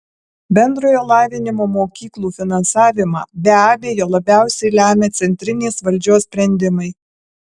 bendrojo lavinimo mokyklų finansavimą be abejo labiausiai lemia centrinės valdžios sprendimai